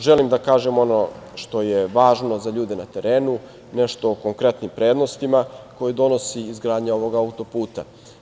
Želim da kažem ono što je važno za ljude na terenu, nešto o konkretnim prednostima koje donosi izgradnja ovog autoputa.